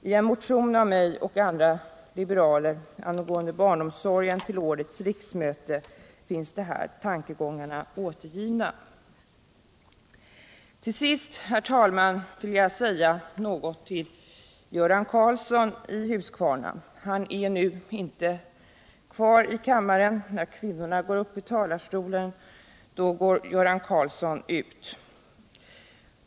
I en motion angående barnomsorgen till årets riksmöte av mig och andra liberaler finns de här tankegångarna återgivna. Till sist, herr talman, vill jag säga något till Göran Karlsson i Huskvarna. Han är nu inte kvar i kammaren — när kvinnorna går upp i talarstolen, då går Göran Karlsson ut.